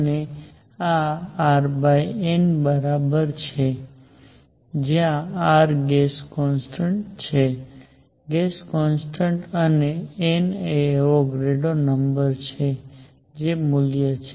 અને આ R N બરાબર છે જ્યાં R ગેસ કોન્સ્ટન્ટ્સ છે ગેસ કોન્સ્ટન્ટ અને N એ એવોગ્રેડ્રો નંબર છે જે મૂલ્ય છે